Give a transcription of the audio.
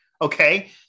Okay